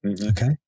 Okay